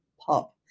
pop